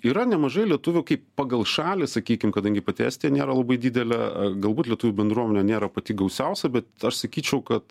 yra nemažai lietuvių kaip pagal šalį sakykim kadangi pati estija nėra labai didelė galbūt lietuvių bendruomenė nėra pati gausiausia bet aš sakyčiau kad